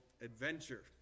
adventure